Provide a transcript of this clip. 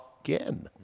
again